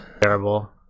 terrible